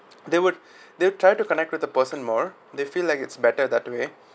they would they'll try to connect with the person more they feel like it's better that way